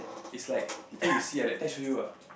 it's like later you see ah later I show you ah